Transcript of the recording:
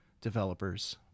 developers